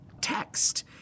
text